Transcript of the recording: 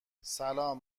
سلام